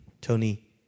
Tony